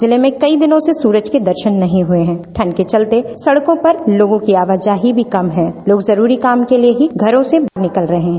जिले में कई दिनों से सूरज के दर्शन नही हुए हैं ठंड के चलते सड़कों पर लोगों की आवाजाही भी कम है लोग जरूरी काम के लिए ही घरों से निकल रहे हैं